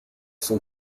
sont